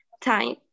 time